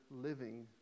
living